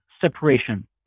separation